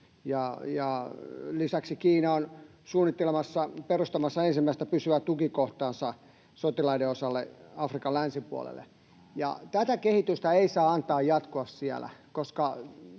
lisäksi Kiina on suunnittelemassa ja perustamassa ensimmäistä pysyvää tukikohtaansa sotilaiden osalle Afrikan länsipuolelle. Tämän kehityksen ei saa antaa jatkua siellä, koska